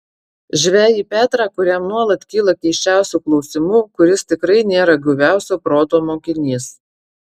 žvejį petrą kuriam nuolat kyla keisčiausių klausimų kuris tikrai nėra guviausio proto mokinys